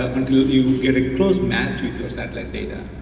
until you get close matches with the satellite data.